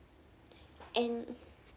and